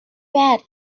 bad